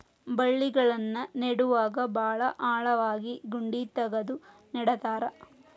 ಬಳ್ಳಿಗಳನ್ನ ನೇಡುವಾಗ ಭಾಳ ಆಳವಾಗಿ ಗುಂಡಿ ತಗದು ನೆಡತಾರ